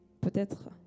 peut-être